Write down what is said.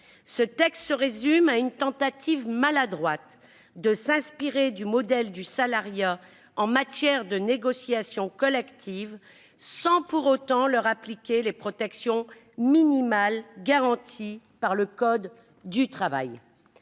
de loi se résume à une tentative maladroite de s'inspirer du modèle du salariat en matière de négociation collective, sans pour autant appliquer aux travailleurs les protections minimales garanties par le code du travail.